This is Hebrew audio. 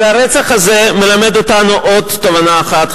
אבל הרצח הזה מלמד אותנו עוד תובנה אחת,